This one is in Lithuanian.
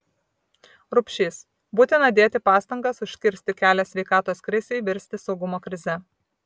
rupšys būtina dėti pastangas užkirsti kelią sveikatos krizei virsti saugumo krize